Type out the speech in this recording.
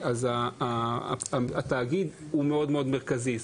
התאגיד הוא מרכזי מאוד.